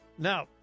Now